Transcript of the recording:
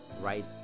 right